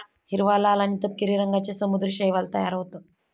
हिरवा, लाल आणि तपकिरी रंगांचे समुद्री शैवाल तयार होतं